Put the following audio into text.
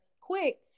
quick